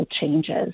changes